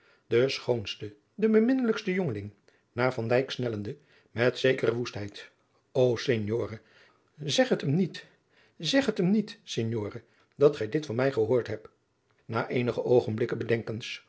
den schoonsten den beminnelijksten jongeling naar van dijk snellende met zekere woestheid o signore zeg het hem niet zeg het hem met signore dat gij dit van mij gehoord hebt na eenige oogenblikken